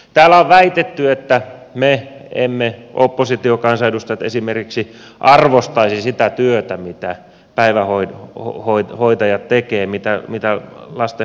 täällä on väitetty että esimerkiksi me oppositiokansanedustajat emme arvostaisi sitä työtä mitä päivähoitajat tekevät mitä lastenhoitajat tekevät